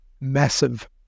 massive